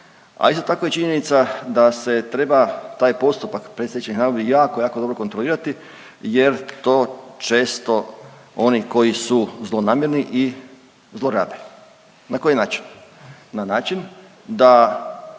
a isto tako je činjenica da se treba taj postupak predstečajnih nagodbi jako, jako dobro kontrolirati jer to često oni koji su zlonamjerni i zlorabe. Na koji način? Na način da